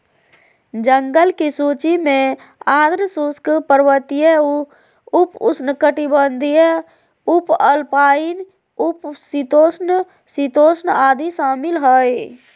जंगल की सूची में आर्द्र शुष्क, पर्वतीय, उप उष्णकटिबंधीय, उपअल्पाइन, उप शीतोष्ण, शीतोष्ण आदि शामिल हइ